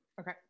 okay